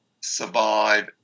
survive